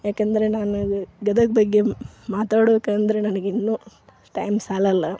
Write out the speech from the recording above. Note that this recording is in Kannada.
ಯಾಕಂದರೆ ನಾನು ಗದಗ ಬಗ್ಗೆ ಮಾತಾಡೋಕೆ ಅಂದರೆ ನಂಗೆ ಇನ್ನು ಟೈಮ್ ಸಾಲಲ್ಲ